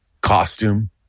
costume